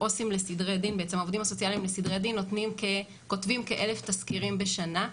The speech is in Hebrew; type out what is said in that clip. העובדים הסוציאליים לסדרי דין כותבים כ-1,000 תסקירים בשנה,